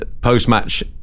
post-match